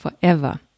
forever